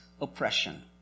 oppression